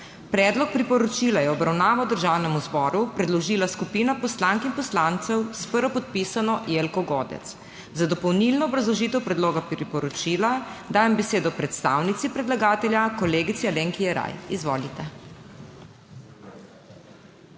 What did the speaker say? Predlog priporočila je v obravnavo Državnemu zboru predložila skupina poslank in poslancev s prvopodpisano Jelko Godec. Za dopolnilno obrazložitev predloga priporočila dajem besedo predstavnici predlagatelja, kolegici Alenki Jeraj. Izvolite.